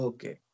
Okay